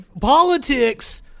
Politics